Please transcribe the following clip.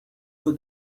for